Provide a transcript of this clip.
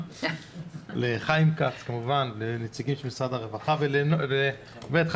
לדוגמה, אתמול "בידיעות